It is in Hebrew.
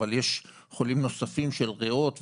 אבל יש חולים נוספים של ריאות ולב,